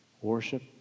Worship